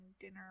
dinner